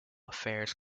affairs